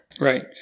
Right